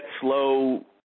slow